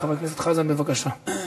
חבר הכנסת חזן, בבקשה.